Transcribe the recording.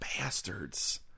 bastards